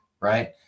right